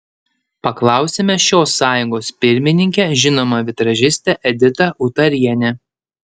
paklausėme šios sąjungos pirmininkę žinomą vitražistę editą utarienę